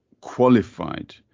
qualified